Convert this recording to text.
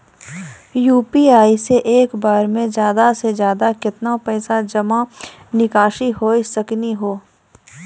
UPI से एक बार मे ज्यादा से ज्यादा केतना पैसा जमा निकासी हो सकनी हो?